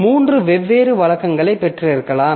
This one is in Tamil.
மூன்று வெவ்வேறு வழக்கங்களைப் பெற்றிருக்கலாம்